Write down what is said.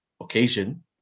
occasion